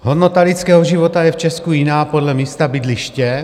Hodnota lidského života je v Česku jiná podle místa bydliště.